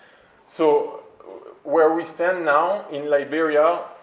so where we stand now, in liberia,